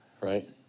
right